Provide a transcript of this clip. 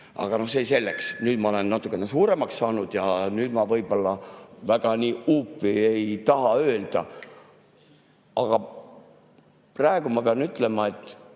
Aga see selleks. Nüüd ma olen natukene suuremaks saanud ja nüüd ma võib-olla väga huupi ei taha midagi öelda. Aga praegu ma pean ütlema, et